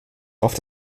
auf